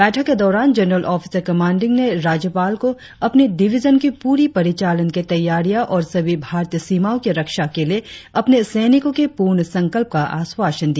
बैठक के दौरान जनरल ऑफिसर कमानडिंग ने राज्यपाल को अपनी डिविजन की प्ररी परिचालन की तैयारियां और सभी भारतीय सीमाओं की रक्षा के लिए अपने सैनिको के पूर्ण संकल्प का आश्वासन दिया